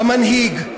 המנהיג,